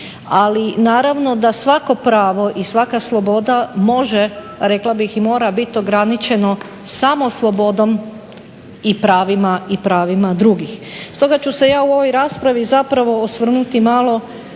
Ali naravno da svako pravo i svaka sloboda može, rekla bih i mora bit ograničeno samo slobodom i pravima drugih. Stoga ću se ja u ovoj raspravi zapravo osvrnuti malo